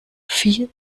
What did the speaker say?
vier